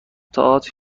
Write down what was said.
تئاتر